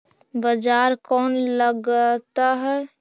बाजार कौन लगाता है?